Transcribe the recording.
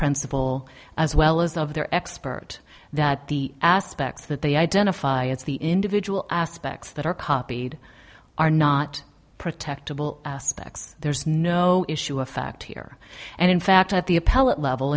principle as well as of their expert that the aspects that they identify as the individual aspects that are copied are not protected there's no issue effect here and in fact at the appellate level